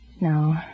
No